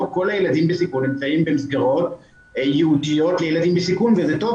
לא כל הילדים בסיכון נמצאים במסגרות ייעודיות לילדים בסיכון וזה טוב,